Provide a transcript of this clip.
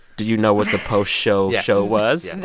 do you know what the post-show show was? and